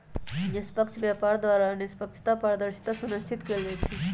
निष्पक्ष व्यापार द्वारा निष्पक्षता, पारदर्शिता सुनिश्चित कएल जाइ छइ